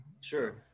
Sure